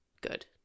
Good